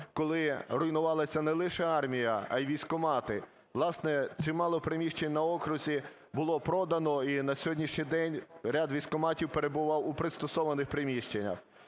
коли руйнувалася не лише армія, а й військкомати. Власне, чимало приміщень на окрузі було продано, і на сьогоднішній день ряд військкоматів перебував у пристосованих приміщеннях.